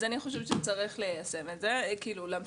אז אני חושבת שצריך ליישם את זה ולהמשיך